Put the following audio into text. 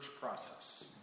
process